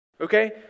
okay